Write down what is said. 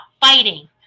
fighting